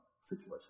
situation